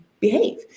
behave